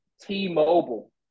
T-Mobile